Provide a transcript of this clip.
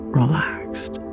relaxed